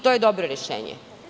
To je dobro rešenje.